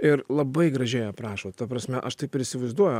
ir labai gražiai aprašot ta prasme aš taip ir įsivaizduoju